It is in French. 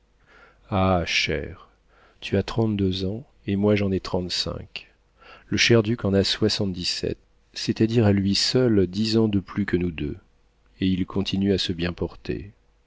ah chère tu as trente-deux ans et moi j'en ai trente-cinq le cher duc en a soixante dix-sept c'est-à-dire à lui seul dix ans de plus que nous deux et il continue à se bien porter